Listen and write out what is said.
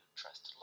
trust